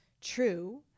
true